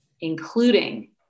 including